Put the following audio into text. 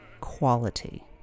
quality